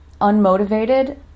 unmotivated